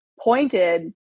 pointed